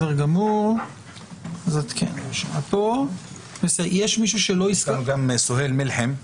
נמצא כאן גם מר סוהיל מלחם,